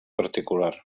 particular